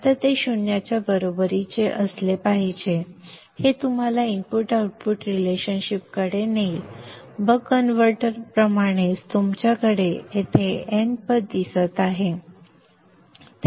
आता ते शून्याच्या बरोबरीचे असले पाहिजे हे तुम्हाला इनपुट आउटपुट रिलेशनशिप कडे नेईल बक कन्व्हर्टर प्रमाणेच तुमच्याकडे येथे n पद दिसत आहे